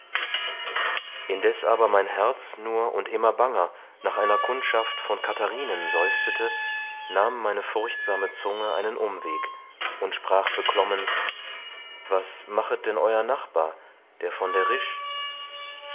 indeß aber mein herz nur und immer banger nach einer kundschaft von katharinen seufzete nahm meine furchtsam zunge einen umweg und ich sprach beklommen was machet denn euer nachbar der von der risch